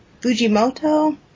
Fujimoto